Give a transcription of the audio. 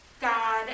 God